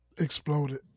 exploded